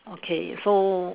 okay so